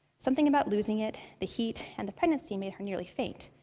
something about losing it, the heat, and the pregnancy made her nearly faint,